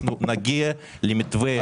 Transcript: אנחנו נגיע למתווה לפיצוי.